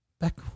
back